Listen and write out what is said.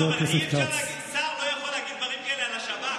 אבל שר לא יכול להגיד דברים כאלה על השב"כ,